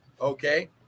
Okay